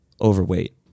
overweight